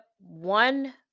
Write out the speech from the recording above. one